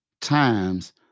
times